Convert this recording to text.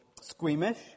squeamish